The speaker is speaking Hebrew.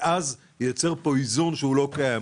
ואז זה ייצר פה איזון שהוא לא קיים.